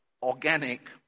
organic